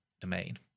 domain